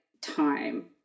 time